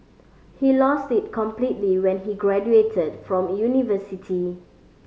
he lost it completely when he graduated from university